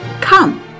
Come